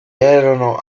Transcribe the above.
erano